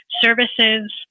services